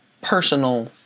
personal